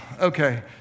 Okay